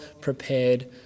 prepared